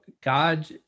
God